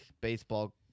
baseball